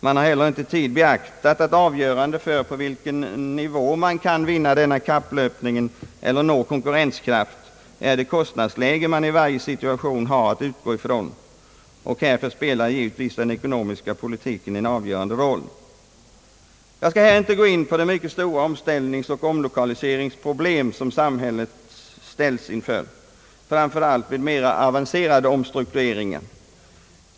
Man har heller inte i tid beaktat att avgörande för på vilken nivå man kan vinna denna kapplöpning eller nå konkurrenskraft är det kostnadsläge man i varje situation har att utgå ifrån och att den ekonomiska politiken givetvis spelar en avgörande roll härför. Jag skall inte gå in på de mycket stora omställningsoch omlokaliseringsproblem som samhället ställs inför framför allt vid mera avancerade omstruktureringar.